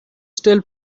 still